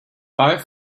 five